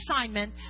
assignment